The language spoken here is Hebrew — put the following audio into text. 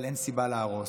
אבל אין סיבה להרוס.